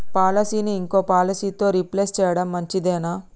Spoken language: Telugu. పాలసీని ఇంకో పాలసీతో రీప్లేస్ చేయడం మంచిదేనా?